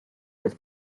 with